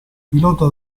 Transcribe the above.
pilota